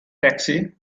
taxi